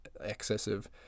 excessive